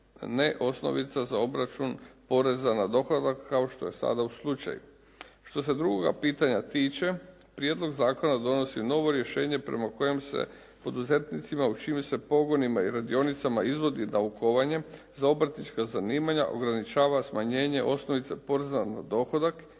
ne osnovica za obračun poreza na dohodak kao što je sada slučaj. Što se drugoga pitanja tiče, prijedlog zakona donosi novo rješenje prema kojem se poduzetnicima u čijim se pogonima i radionicama izvodi naukovanje za obrtnička zanimanja ograničava smanjenje osnovica poreza na dohodak